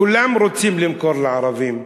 כולם רוצים למכור לערבים,